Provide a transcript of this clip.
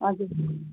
हजुर